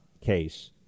case